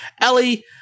Ellie